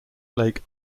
lake